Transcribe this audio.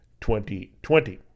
2020